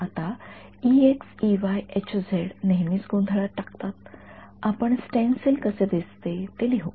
आता नेहमीच गोंधळात टाकतात आपण स्टेन्सिल कसे दिसते ते लिहू